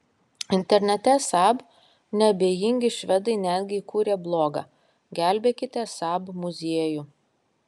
internete saab neabejingi švedai netgi įkūrė blogą gelbėkite saab muziejų